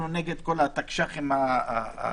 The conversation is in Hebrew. אנחנו נגד כל התקש"חים האלה.